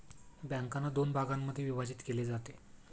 बँकांना दोन भागांमध्ये विभाजित केले जाते